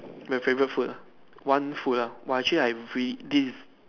my favorite food ah one food ah whoa actually I've real this